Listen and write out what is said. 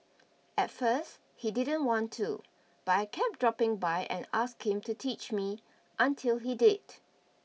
at first he didn't want to but I kept dropping by and asking him to teach me until he did